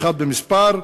51 במספר,